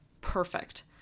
perfect